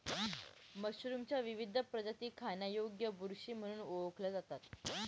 मशरूमच्या विविध प्रजाती खाण्यायोग्य बुरशी म्हणून ओळखल्या जातात